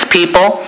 people